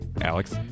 Alex